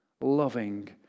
loving